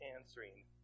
answering